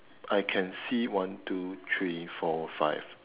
I can see one two three four five